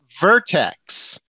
Vertex